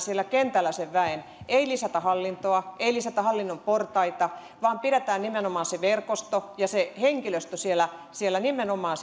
siellä kentällä väen ei lisätä hallintoa ei lisätä hallinnon portaita vaan pidetään nimenomaan se verkosto ja se henkilöstö nimenomaan